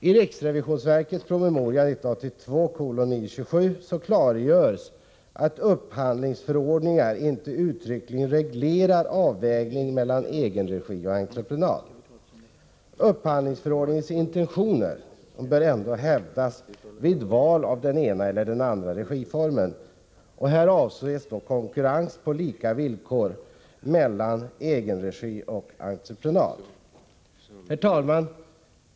I riksrevisionsverkets promemoria 1982:927 klargörs att upphandlingsförordningar inte uttryckligen reglerar avvägning mellan egenregi och entreprenad. Upphandlingsförordningens intentioner bör ändå hävdas vid val av den ena eller andra regiformen. Här avses konkurrens på lika villkor mellan egenregi och entreprenad. Herr talman!